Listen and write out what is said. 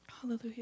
Hallelujah